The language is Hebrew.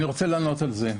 אני רוצה לענות על זה.